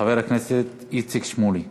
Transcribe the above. חבר הכנסת איציק שמולי.